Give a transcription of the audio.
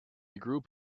group